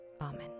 amen